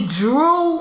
drew